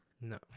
No